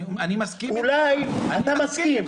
אני מסכים איתך.